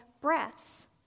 breaths